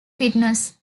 fines